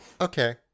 Okay